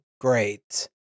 great